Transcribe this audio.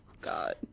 God